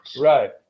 right